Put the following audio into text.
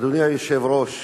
אדוני היושב-ראש,